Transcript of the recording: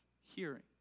hearing